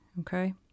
Okay